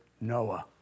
Noah